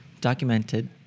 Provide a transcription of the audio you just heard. Documented